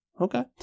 Okay